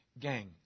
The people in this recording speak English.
Gang